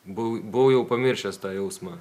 buvau buvau jau pamiršęs tą jausmą